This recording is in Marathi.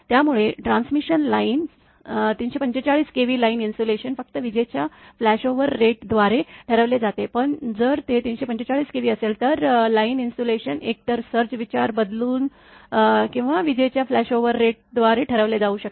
त्यामुळे transmission lines 345 KV line insulation फक्त विजेच्या फ्लॅशओव्हर रेटद्वारे ठरवले जाते पण जर ते 345 केव्ही असेल तर लाईन इन्सुलेशन एकतर सर्ज विचार बदलून किंवा विजेच्या फ्लॅशओव्हर रेटद्वारे ठरवले जाऊ शकते